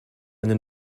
eine